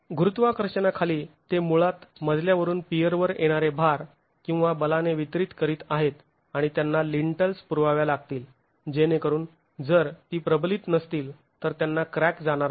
गुरुत्वाकर्षणाखाली ते मुळात मजल्यावरून पियरवर येणारे भार किंवा बलाने वितरीत करीत आहेत आणि त्यांना लिंटल्स् पुरवाव्या लागतील जेणेकरून जर ती प्रबलित नसतील तर त्यांना क्रॅक जाणार नाही